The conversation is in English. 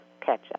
ketchup